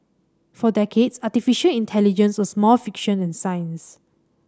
for decades artificial intelligence was more fiction than science